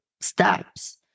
steps